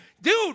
Dude